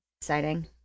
Exciting